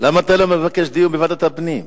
למה אתה לא מבקש דיון בוועדת הפנים?